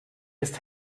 ist